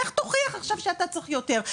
לך תוכיח עכשיו שאתה צריך יותר.